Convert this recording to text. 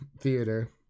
theater